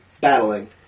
battling